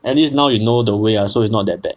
at least now you know the way ah so it's not that bad